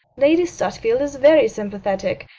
lady stutfield is very sympathetic.